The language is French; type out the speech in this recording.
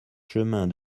chemin